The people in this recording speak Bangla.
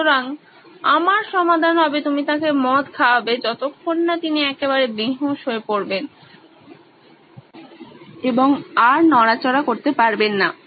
সুতরাং আমার সমাধান হবে তুমি তাঁকে মদ খাওয়াবে যতক্ষণ না তিনি একেবারে বেহুঁশ হয়ে শুয়ে পড়বেন এবং আর নড়াচড়া করতে পারবেন না